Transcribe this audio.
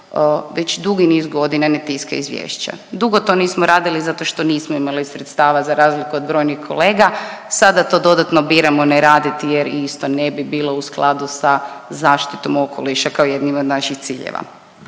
već dugi niz godina ne tiska izvješća, dugo to nismo radili zato što nismo imali sredstava za razliku od brojnih kolega, sada to dodatno biramo ne raditi jer isto ne bi bilo u skladu sa zaštitom okoliša, kao jednim od naših ciljeva,